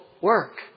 work